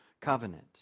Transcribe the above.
covenant